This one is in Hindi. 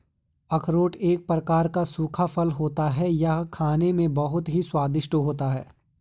अखरोट एक प्रकार का सूखा फल होता है यह खाने में बहुत ही स्वादिष्ट होता है